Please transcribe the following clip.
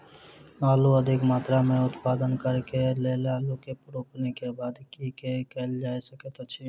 आलु अधिक मात्रा मे उत्पादन करऽ केँ लेल आलु केँ रोपनी केँ बाद की केँ कैल जाय सकैत अछि?